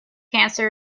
cancer